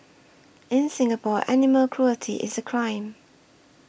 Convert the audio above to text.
in Singapore animal cruelty is a crime